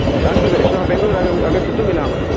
सरि अस्तु तर्हि श्वः बेङ्गलूरुम् आगमिष्य आगच्छतु मिलामः